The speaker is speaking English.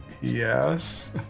Yes